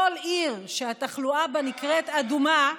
כל עיר שהתחלואה בה נקראת אדומה.